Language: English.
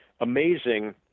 amazing